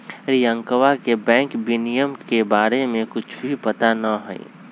रियंकवा के बैंक विनियमन के बारे में कुछ भी पता ना हई